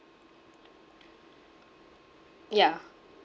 yeah